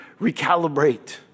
recalibrate